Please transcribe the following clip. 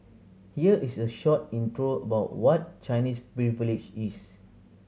here is a short intro about what Chinese Privilege is